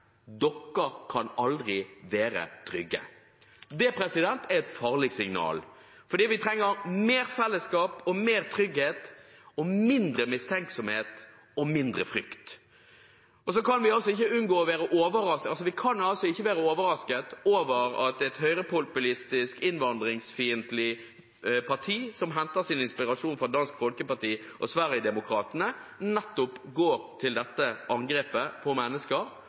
Dere kan aldri være trygge. Det er et farlig signal, for vi trenger mer fellesskap og mer trygghet, og mindre mistenksomhet og mindre frykt. Vi kan ikke være overrasket over at et høyrepopulistisk, innvandringsfiendtlig parti – som henter sin inspirasjon fra Dansk Folkeparti og Sverigedemokratene – nettopp går til dette angrepet på mennesker